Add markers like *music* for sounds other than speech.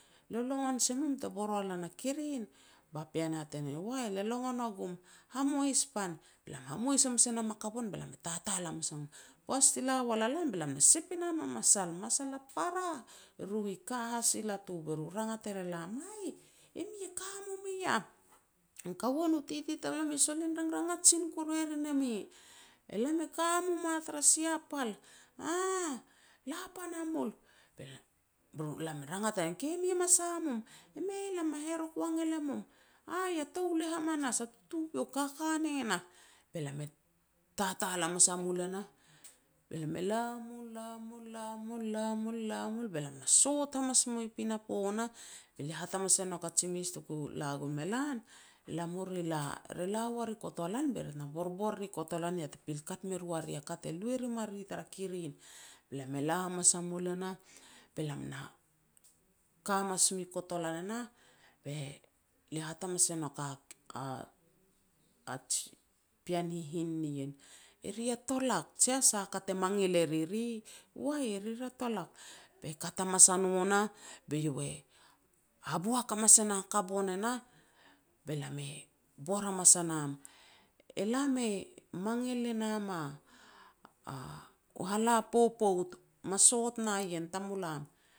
"Lo longon si mum te bor wa lan a kirin?" Ba pean e hat e ne lia, "Wai, le longon o gum." "Hamois pan." Be lam hamois hamas e nam a kabon, be lam e tatal hamas a mum. Poaj ti la wal a lam be lam na sep e nam a masal, masal a para, e ru i ka has i latu, be ru rangat er e lam, "Aih, e mi e ka mum i yah, u kaua nu titi tamlomi e solen ranrangat sin e rin e mi", "Elam e ka mum a tara sia pal", "Aah, la pa na mul." *hesitation* Be lam e rangat a nam, "Ke mi ma sa mum", "E mei, lam ma herok wangel e mum", "Aih, a touleh hamanas, a tutupiok kaka ne nah." Be lam e tatal hamas a mul e nah, be lam e la mul, la mul, la mul, la mul be lam na sot hamas mui pinapo nah, be lia hat hamas e nouk a ji mes tuku la gon me lan, "La mu ri la, re la war i kotolan be ri tena borbor ri kotolan ya te pil kat me ru a ri a ka te lu e rim a ri tara kirin. Be lam e la hamas a mul e nah, be lam na ka hamas mui kotolan e nah, be lia hat hamas e nouk a *hesitation* ji pean hihin nien, "E ri ya tolak jia a sah te mangil e riri", "Wai, e ri ya tolak." Be kat hamas a no nah, be iau haboak hamas e na kabon e nah be lam e bor hamas a nam, "E lam e mangil e nam a u hala popout, me sot na ien tamulam."